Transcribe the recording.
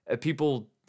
People